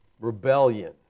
Rebellion